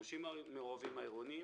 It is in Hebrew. השימושים המעורבים העירוניים,